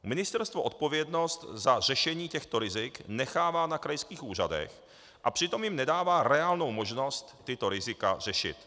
Ministerstvo odpovědnost za řešení těchto rizik nechává na krajských úřadech a přitom jim nedává reálnou možnost tato rizika řešit.